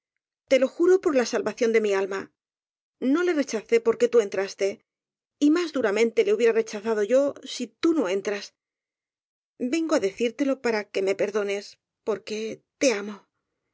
te lo juro por la salvación de mi alma no le rechacé porque tú entraste y más duramente le hubiera rechazado yo si tú no entras vengo á decírtelo para que me perdones porque te amo